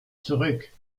zurück